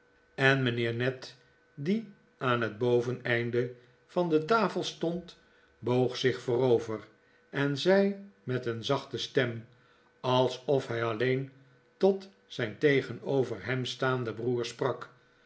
en mijnheer ned die aan het boveneinde van de tafel stond boog zich voorover en zei met een zachte stem alsof hij alleen tot zijn tegenover hem staanden broer sprak